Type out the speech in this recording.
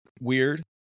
weird